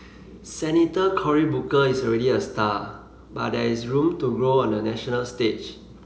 Senator Cory Booker is already a star but there is room to grow on the national stage